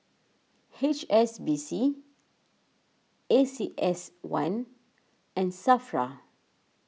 H S B C A C S one and Safra